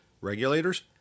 regulators